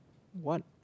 what